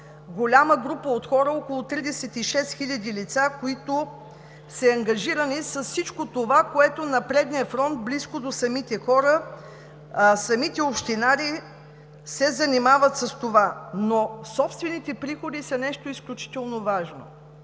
голяма група от хора – около 36 хил. лица, които са ангажирани с всичко това, което е на предния фронт, близко до самите хора, самите общинари се занимават с това, но собствените приходи са нещо изключително важно.